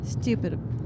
Stupid